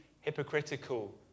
hypocritical